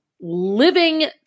living